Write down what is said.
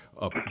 up